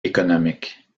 économique